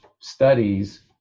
studies